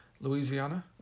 louisiana